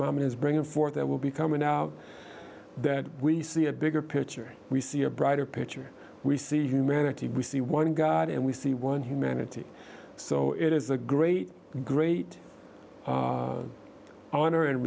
mom is bringing forth that will be coming out that we see a bigger picture we see a brighter picture we see humanity we see one god and we see one humanity so it is a great great honor and